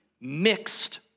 mixed